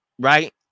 right